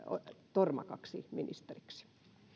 tormakaksi ministeriksi